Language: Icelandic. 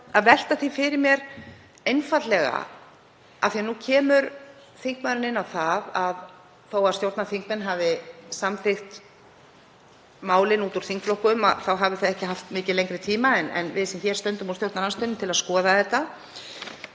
að velta því fyrir mér, einfaldlega af því að nú kemur þingmaðurinn inn á það að þó að stjórnarþingmenn hafi samþykkt málið út úr þingflokkum að þá hafi þau ekki haft mikið lengri tíma en við sem hér stöndum í stjórnarandstöðunni til að skoða þetta,